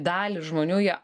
dalį žmonių jie